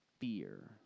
fear